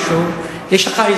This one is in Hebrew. שזו מדינת ישראל,